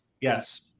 Yes